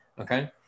Okay